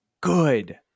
good